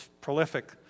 prolific